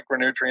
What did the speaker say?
micronutrients